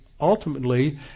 ultimately